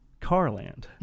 Carland